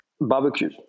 Barbecue